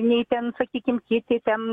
nei ten sakykim kiti ten